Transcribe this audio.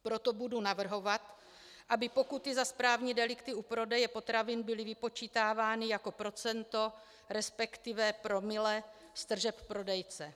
Proto budu navrhovat, aby pokuty za správní delikty u prodeje potravin byly vypočítávány jako procento, resp. promile z tržeb prodejce.